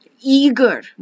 eager